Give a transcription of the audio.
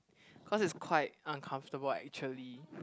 cause is quite uncomfortable actually